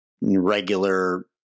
regular